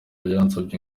yansabye